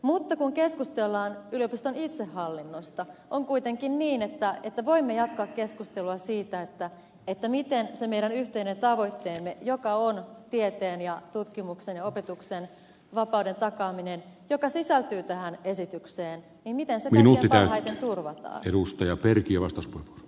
mutta kun keskustellaan yliopiston itsehallinnosta on kuitenkin niin että voimme jatkaa keskustelua siitä miten se meidän yhteinen tavoitteemme joka on tieteen ja tutkimuksen ja opetuksen vapauden takaaminen joka sisältyy tähän esitykseen ei mitä se minulle kaiken turvan edustaja kaikkein parhaiten turvataan